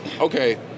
okay